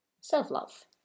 self-love